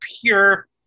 pure